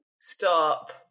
Stop